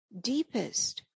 deepest